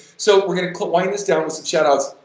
so, we're gonna wind this down with some shout-outs.